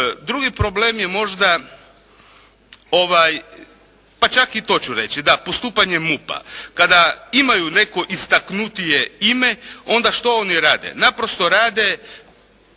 Drugi problem je možda, ovaj, pa čak i to ću reći, da. Postupanje MUP-a. Kada imaju neko istaknutije ime onda šta oni rade? Naprosto rade